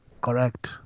correct